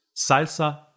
salsa